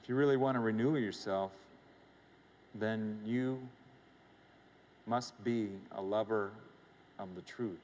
if you really want to renew yourself then you must be a lover of the truth